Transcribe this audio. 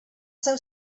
seu